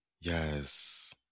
Yes